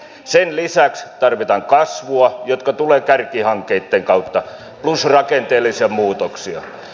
sen lisäksi tarvitaan kasvua joka tulee kärkihankkeitten kautta plus rakenteellisia muutoksia